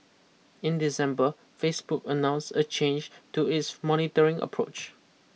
in December Facebook announced a change to its monitoring approach